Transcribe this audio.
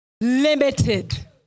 limited